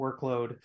workload